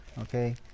Okay